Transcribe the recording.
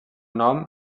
nom